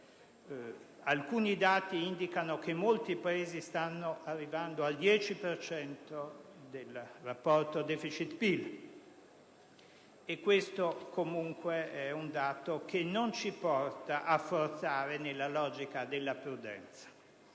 Alcuni dati indicano che molti Paesi stanno arrivando al 10 per cento del rapporto deficit-PIL. Questo comunque è un dato che non ci porta a forzare nella logica della prudenza,